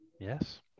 Yes